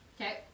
Okay